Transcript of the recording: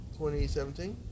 2017